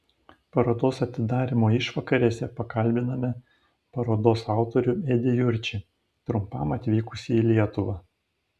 parodos atidarymo išvakarėse pakalbinome parodos autorių edį jurčį trumpam atvykusį į lietuvą